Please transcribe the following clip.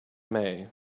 may